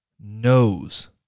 knows